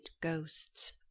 ghosts